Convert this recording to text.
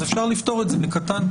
שאפשר לפתור את זה בקטן.